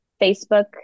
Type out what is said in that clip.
Facebook